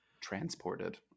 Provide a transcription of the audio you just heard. Transported